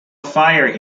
fire